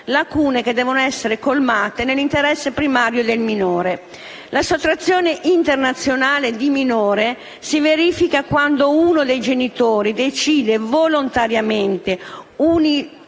La sottrazione internazionale di minore si verifica quando uno dei genitori decide volontariamente, unilateralmente